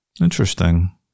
Interesting